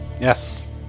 Yes